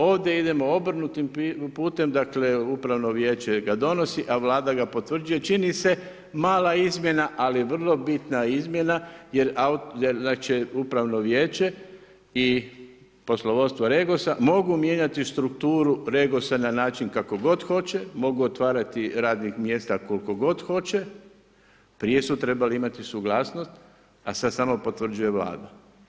Ovdje idemo obrnutim putem, dakle upravno vijeće ga donosi a Vlada ga potvrđuje, čini se mala izmjena ali vrlo bitna izmjena jer upravno vijeće i poslovodstvo REGOS-a mogu mijenjati strukturu REGOS-a na način kako god hoće, mogu otvarati radnih mjesta koliko god hoće, prije su trebali imati suglasnost, a sad samo potvrđuje Vlada.